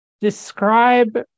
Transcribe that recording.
Describe